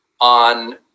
on